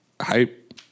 hype